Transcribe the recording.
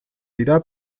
dira